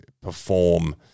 perform